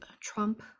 trump